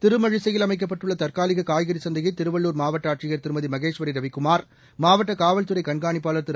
திருமழிசையில் அமைக்கப்பட்டுள்ள தற்காலிக காய்கறிச் சந்தையை திருவள்ளூர் மாவட்ட ஆட்சியர் திருமதி மகேஸ்வரி ரவிக்குமார் மாவட்ட காவல்துறை கண்காணிப்பாளர் திரு